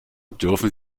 dürfen